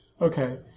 Okay